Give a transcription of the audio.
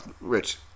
Rich